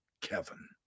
Kevin